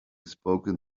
spoken